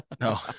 No